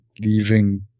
leaving